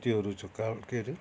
ऊ त्योहरू छ कहाँ के अरे